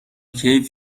کیف